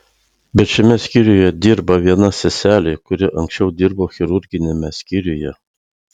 bet šiame skyriuje dirba viena seselė kuri anksčiau dirbo chirurginiame skyriuje